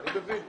אני תובע